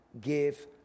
give